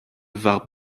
veur